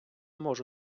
можу